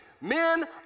Men